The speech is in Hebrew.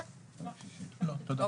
לא, תודה.